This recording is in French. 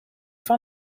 fin